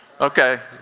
Okay